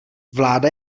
vláda